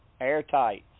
airtight